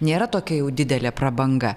nėra tokia jau didelė prabanga